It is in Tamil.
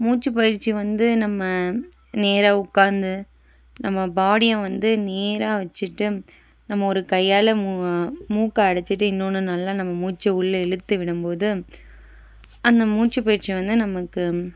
மூச்சுப் பயிற்சி வந்து நம்ம நேராக உட்காந்து நம்ம பாடிய வந்து நேராக வச்சிட்டு நம்ம ஒரு கையால் மூ மூக்கை அடைச்சிட்டு இன்னொன்னு நல்ல நம்ம மூச்சை உள்ள இழுத்து விடும்போது அந்த மூச்சுப்பயிற்சி வந்து நமக்கு